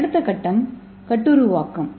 அடுத்த கட்டம் கட்டுருவாக்கம்